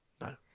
no